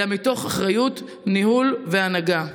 אלא מתוך אחריות, ניהול והנהגה.